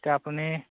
এতিয়া আপুনি